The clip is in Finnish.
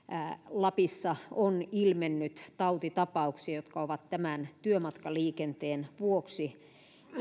lapissa on ilmennyt tautitapauksia jotka ovat työmatkaliikenteen vuoksi